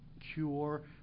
cure